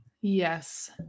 Yes